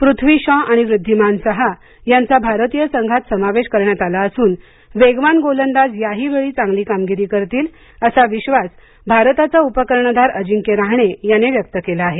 पृथ्वी शॉ आणि वृद्धिमान सहा यांचा भारतीय संघात समावेश करण्यात आला असून वेगवान गोलंदाज याहीवेळी चांगली कामगिरी करतील असा विश्वास भारताचा उपकर्णधार अजिंक्य राहणे याने व्यक्त केला आहे